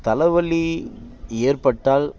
தலைவலி ஏற்பட்டால்